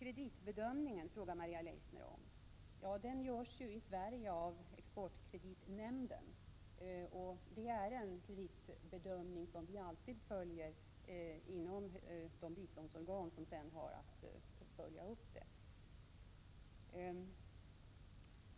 Maria Leissner frågade om kreditbedömningen. Den görs i Sverige av exportkreditnämnden. Det är en kreditbedömning som vi alltid följer inom de biståndsorgan som sedan har att följa upp det.